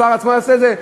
השר עצמו יעשה את זה,